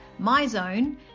MyZone